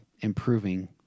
improving